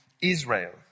Israel